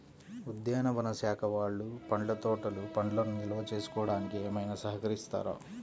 ఉద్యానవన శాఖ వాళ్ళు పండ్ల తోటలు పండ్లను నిల్వ చేసుకోవడానికి ఏమైనా సహకరిస్తారా?